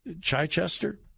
Chichester